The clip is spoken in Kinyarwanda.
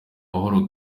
mahoro